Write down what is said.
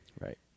Right